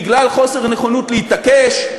בגלל חוסר נכונות להתעקש.